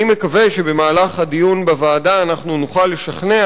אני מקווה שבמהלך הדיון בוועדה אנחנו נוכל לשכנע